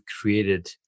created